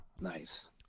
Nice